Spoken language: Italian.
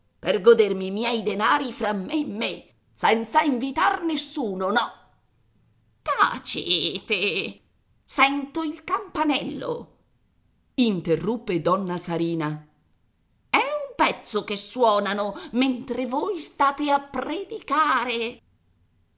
per godermi i miei denari fra me e me senza invitar nessuno no tacete sento il campanello interruppe donna sarina è un pezzo che suonano mentre voi state a predicare